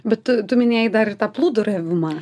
bet tu tu minėjai dar ir tą plūduriavimą